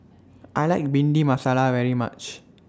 I like Bhindi Masala very much